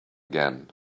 again